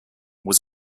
was